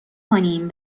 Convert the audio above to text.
کنیم